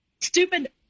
stupid